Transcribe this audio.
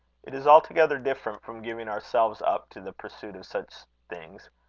it is altogether different from giving ourselves up to the pursuit of such things.